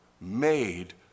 made